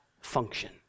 function